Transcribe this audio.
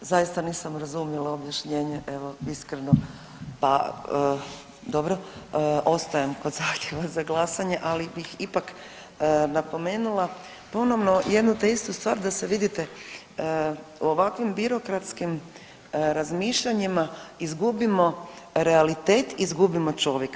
Zaista nisam razumjela objašnjenje evo iskreno, pa dobro ostajem kod zahtjeva za glasanje, ali bih ipak napomenula ponovno jednu te istu stvar da se vidite u ovakvim birokratskim razmišljanjima izgubimo realitet, izgubimo čovjeka.